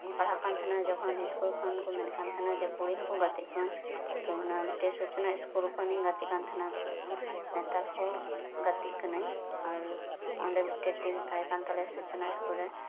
ᱯᱟᱲᱦᱟᱜ ᱠᱟᱱ ᱛᱟᱦᱮᱸᱫᱼᱟ ᱡᱚᱠᱷᱚᱱ ᱥᱠᱩᱞ ᱠᱷᱚᱱ ᱠᱚ ᱢᱮᱱᱮᱜ ᱠᱟᱱ ᱛᱟᱦᱮᱸᱫᱼᱟ ᱡᱮ ᱠᱩᱲᱤ ᱦᱚᱸᱠᱚ ᱜᱟᱛᱮᱜ ᱪᱚᱣᱟᱱ ᱛᱚ ᱚᱱᱟ ᱢᱤᱫ ᱴᱮᱡ ᱥᱩᱪᱚᱱᱟ ᱥᱠᱩᱞ ᱠᱷᱚᱱ ᱤᱧ ᱜᱟᱛᱮᱜ ᱠᱟᱱ ᱛᱟᱦᱮᱸᱫᱼᱟ ᱛᱚ ᱱᱮᱛᱟᱨ ᱦᱚᱸ ᱜᱟᱛᱮᱜ ᱠᱟᱱᱟᱧ ᱟᱨ ᱚᱸᱰᱮ ᱢᱤᱫ ᱴᱮᱱ ᱴᱤᱢ ᱛᱟᱦᱮᱸ ᱠᱟᱱᱛᱟᱞᱮᱭᱟ ᱥᱩᱪᱚᱱᱟ ᱥᱠᱩᱞ ᱨᱮ